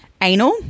anal